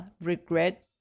regret